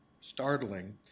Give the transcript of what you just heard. startling